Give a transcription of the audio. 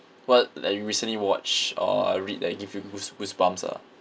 what like you recently watch or uh read that you give you goose goose bumps ah